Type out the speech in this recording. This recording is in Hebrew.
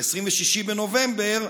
ב-26 בנובמבר,